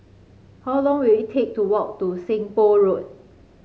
how long will it take to walk to Seng Poh Road